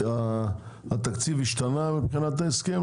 התקציב השתנה מבחינת ההסכם?